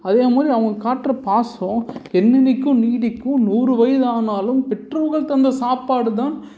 அதேமாதிரி அவங்க காட்டுற பாசம் என்னென்றைக்கும் நீடிக்கும் நூறு வயது ஆனாலும் பெற்றோர்கள் தந்த சாப்பாடுதான்